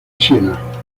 siena